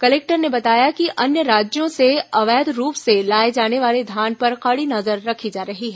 collector ने बताया कि अन्य राज्यों से अवैध रूप से लाए जाने वाले धान पर कड़ी नजर रखी जा रही है